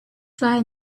fly